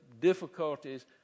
difficulties